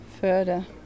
further